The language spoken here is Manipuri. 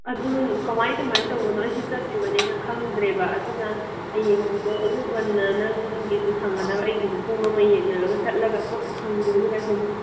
ꯑꯗꯨ ꯀꯃꯥꯏ ꯀꯃꯥꯏꯅ ꯇꯧꯕꯅꯣ ꯑꯩꯁꯨ ꯆꯠꯇ꯭ꯔꯤꯕꯅꯤꯅ ꯈꯪꯗ꯭ꯔꯦꯕ ꯑꯗꯨꯅ ꯍꯌꯦꯡꯁꯦ ꯑꯌꯨꯛ ꯉꯟꯅ ꯅꯪꯒꯤꯁꯨ ꯁꯪꯒꯗꯕ ꯑꯩꯒꯤꯁꯨ ꯄꯨꯡ ꯑꯃ ꯌꯦꯡꯅꯔꯒ ꯆꯠꯂꯒ ꯊꯣꯛ ꯍꯪꯗꯣꯛꯎꯔꯁꯤꯅꯦ